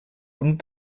und